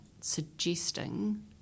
suggesting